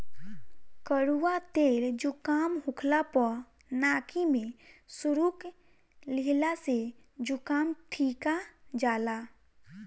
कड़ुआ तेल जुकाम होखला पअ नाकी में सुरुक लिहला से जुकाम ठिका जाला